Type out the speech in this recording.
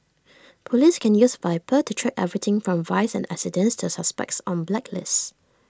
Police can use Viper to track everything from vice and accidents to suspects on blacklists